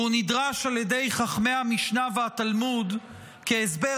והוא נדרש על ידי חכמי המשנה והתלמוד כהסבר